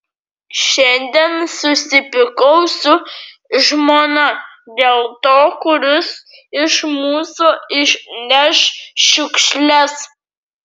šiandien susipykau su žmona dėl to kuris iš mūsų išneš šiukšles